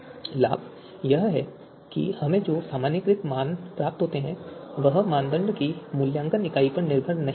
लाभ यह है कि हमें जो सामान्यीकृत मान प्राप्त होता है वह मानदंड की मूल्यांकन इकाई पर निर्भर नहीं करता है